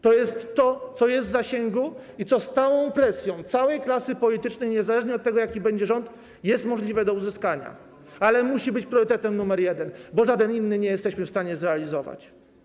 To jest to, co jest w zasięgu i co pod stałą presją całej klasy politycznej, niezależnie od tego, jaki będzie rząd, jest możliwe do uzyskania, ale musi to być priorytetem numer jeden, bo żadnego innego nie jesteśmy w stanie zrealizować.